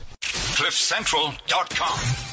Cliffcentral.com